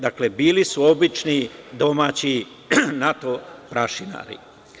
Dakle, bili su obični domaći NATO prašinari.